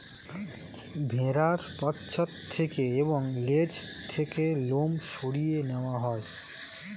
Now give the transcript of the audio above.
ভেড়ার পশ্চাৎ থেকে এবং লেজ থেকে লোম সরিয়ে নেওয়া হয়